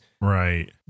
Right